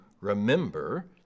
remember